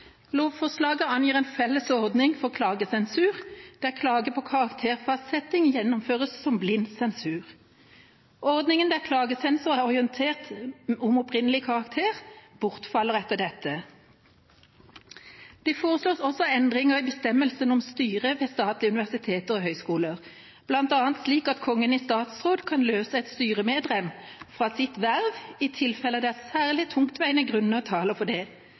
Lovforslaget angir en felles ordning for klagesensur der klage på karakterfastsetting gjennomføres som blind sensur. Ordningen der klagesensor er orientert om opprinnelig karakter, bortfaller etter dette. Det foreslås også endringer i bestemmelsen om styret ved statlige universiteter og høyskoler, bl.a. slik at Kongen i statsråd kan løse et styremedlem fra sitt verv i tilfeller der særlig tungtveiende grunner taler for det,